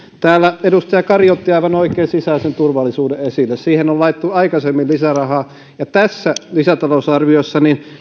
täällä edustaja kari otti aivan oikein sisäisen turvallisuuden esille siihen on laitettu aikaisemmin lisärahaa ja tässä lisätalousarviossa